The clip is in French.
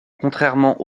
contrairement